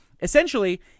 Essentially